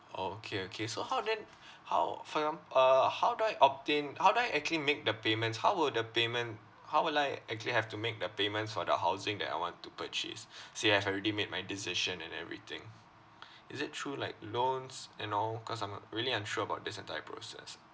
orh okay okay so how then how for exam~ uh how do I obtain how do I actually make the payments how will the payment how will I actually have to make the payments for the housing that I want to purchase say I've already made my decision and everything is it through like loans and all cause I'm uh really unsure about this entire process